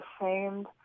ashamed